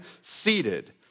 seated